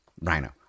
rhino